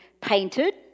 painted